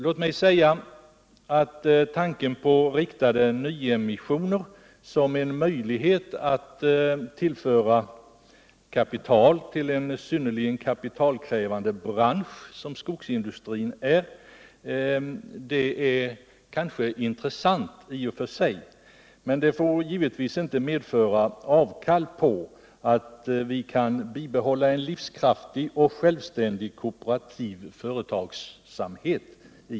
Låt mig säga att tanken på riktade nyemissioner som en möjlighet att tillföra kapital till en synnerligen kapitalkrävande bransch, som skogsindustrin är, kan i och för sig vara intressant. Men det får givetvis inte medföra att man gör avkall på kravet att kunna bibehålla en livskraftig och självständig kooperativ företagsamhet.